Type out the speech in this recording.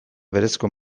berezko